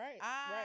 right